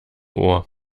ohr